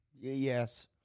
Yes